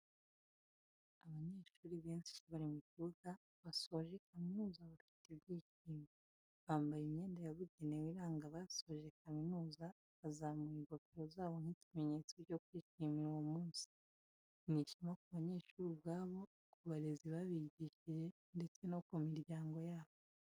Abanyeshuri benshi bari mu kibuga basoje kamizuza bafite ibyishimo, bambaye imyenda yabugenewe iranga abasoje kaminuza bazamuye ingofero zabo nk'ikimenyetso cyo kwishimira uwo munsi, ni ishema ku banyeshuri ubwabo, ku barezi babigishije ndetse no ku miryango yabo.